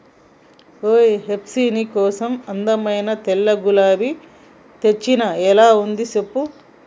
ఓయ్ హెప్సీ నీ కోసం అందమైన తెల్లని గులాబీ తెచ్చిన ఎలా ఉంది సెప్పు